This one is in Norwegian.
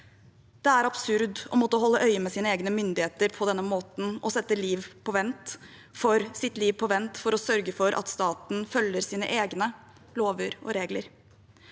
Det er absurd å måtte holde øye med sine egne myndigheter på denne måten, og sette sitt liv på vent for å sørge for at staten følger sine egne lover og regler.